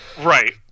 right